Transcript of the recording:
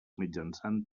mitjançant